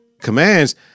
commands